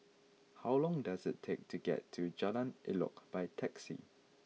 how long does it take to get to Jalan Elok by taxi